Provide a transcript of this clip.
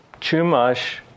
Chumash